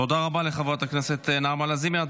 תודה רבה לחברת הכנסת נעמה לזימי.